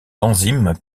enzymes